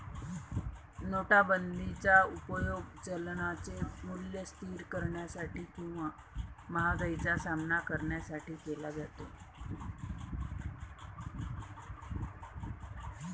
नोटाबंदीचा उपयोग चलनाचे मूल्य स्थिर करण्यासाठी किंवा महागाईचा सामना करण्यासाठी केला जातो